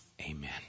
amen